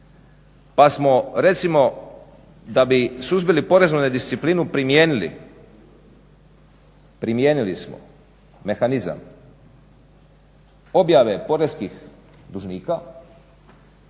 pa smo recimo da bi suzbili poreznu nedisciplinu primijenili mehanizam objave poreskih dužnika,